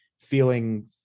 feeling